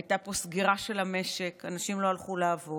הייתה פה סגירה של המשק, אנשים לא הלכו לעבוד,